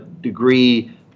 degree